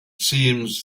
seems